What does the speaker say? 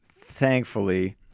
thankfully